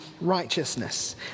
righteousness